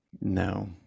no